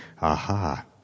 Aha